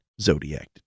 Zodiac